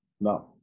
no